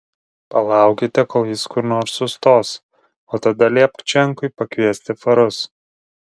palaukite kol jis kur nors sustos o tada liepk čenkui pakviesti farus